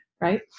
right